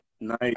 nice